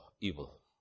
evil